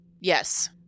Yes